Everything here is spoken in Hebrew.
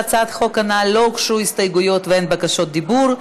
להצעת החוק הנ"ל לא הוגשו הסתייגויות ואין בקשות דיבור,